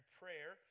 prayer